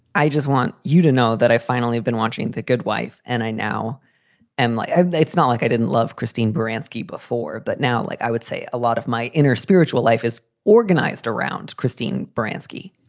i just want you to know that i finally i've been watching the good wife and i now and like it's not like i didn't love christine baranski before. but now, like i would say, a lot of my inner spiritual life is organized around christine baranski.